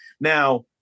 now